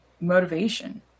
motivation